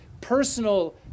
personal